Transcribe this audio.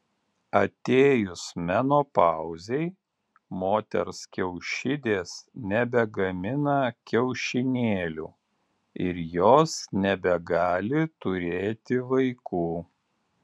atėjus menopauzei moters kiaušidės nebegamina kiaušinėlių ir jos nebegali turėti vaikų